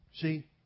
See